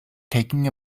taking